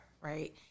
right